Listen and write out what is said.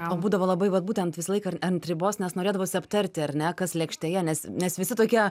o būdavo labai vat būtent visą laiką ant ribos nes norėdavosi aptarti ar ne kas lėkštėje nes nes visi tokie